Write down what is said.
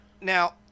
now